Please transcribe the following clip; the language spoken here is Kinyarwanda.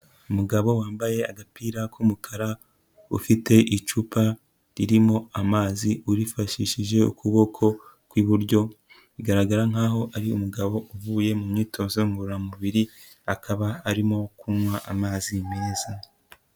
Umugabo wambaye agapira k'umukara ufite icupa ririmo amazi urifashishije ukuboko kw'iburyo, bigaragara nkaho ari umugabo uvuye mu myitozo ngororamubiri akaba arimo kunywa amazi meza.